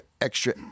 extra